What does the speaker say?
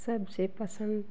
सबसे पसंद